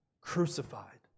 crucified